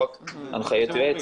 לא רק הנחיית יועץ.